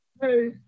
Hey